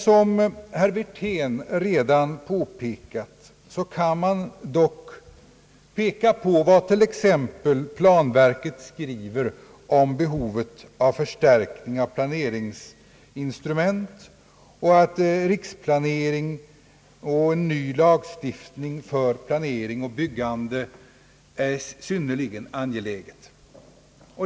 Som herr Wirtén redan påpekat kan man dock betona vad t.ex. planverket skriver om behovet av förstärkning av planeringsinstrument, och att riksplanering och en ny lagstiftning för planering och byggande är någonting synnerligen angeläget.